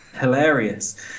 hilarious